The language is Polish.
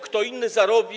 Kto inny zarobi.